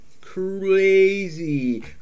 crazy